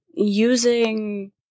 using